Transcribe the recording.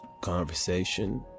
conversation